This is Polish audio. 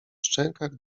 szczękach